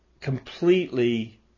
completely